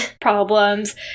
problems